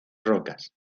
rocas